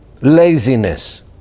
Laziness